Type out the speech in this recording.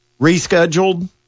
rescheduled